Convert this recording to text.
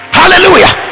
hallelujah